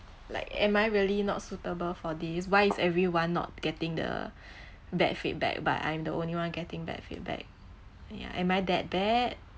like am I really not suitable for this why is everyone not getting the bad feedback but I'm the only one getting bad feedback yeah am I that bad